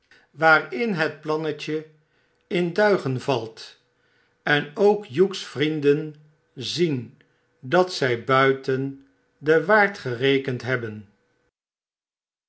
vaarin het plannetje in duigen valt en ook hugh's vrienden zien dat zij buiten den waard gerekend hebben